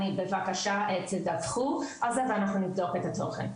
בבקשה תדווחו על זה ואנחנו נבדוק את התוכן.